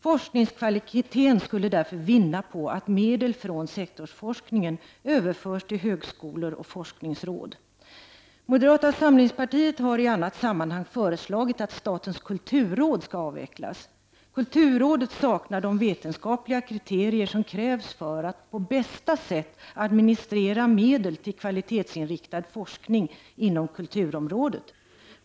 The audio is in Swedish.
Forskningskvaliteten skulle därför vinna på att medel från sektorsforskningen överförs till högskolor och forskningsråd. Moderata samlingspartiet har i annat sammanhang föreslagit att statens kulturråd skall avvecklas. Kulturrådet saknar de vetenskapliga kriterier som krävs för att på bästa sätt administrera medel till kvalitetsinriktad forskning inom kulturområdet.